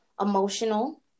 emotional